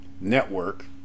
network